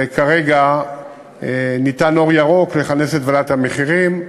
וכרגע ניתן אור ירוק לכינוס ועדת המחירים.